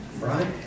right